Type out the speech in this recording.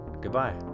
goodbye